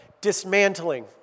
dismantling